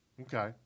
Okay